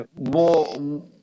more